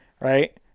right